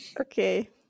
Okay